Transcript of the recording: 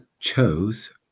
chose